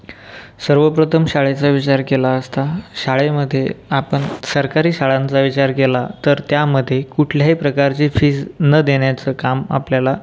सर्वप्रथम शाळेचा विचार केला असता शाळेमध्ये आपण सरकारी शाळांचा विचार केला तर त्यामध्ये कुठल्याही प्रकारची फीज् न देण्याचं काम आपल्याला